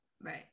Right